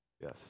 yes